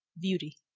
beauty.